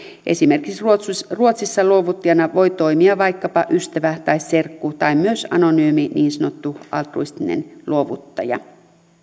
esimerkiksi ruotsissa ruotsissa luovuttajana voi toimia vaikkapa ystävä tai serkku tai myös anonyymi niin sanottu altruistinen luovuttaja